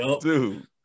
Dude